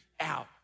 out